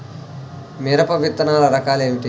మిరప విత్తనాల రకాలు ఏమిటి?